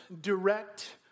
direct